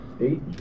Eight